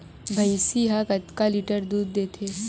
भंइसी हा कतका लीटर दूध देथे?